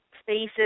Spaces